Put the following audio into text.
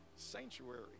sanctuary